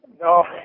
No